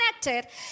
connected